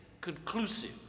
conclusive